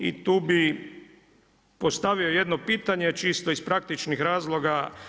I tu bi postavio jedno pitanje, čisto iz praktičnog razloga.